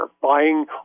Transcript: buying